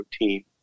routine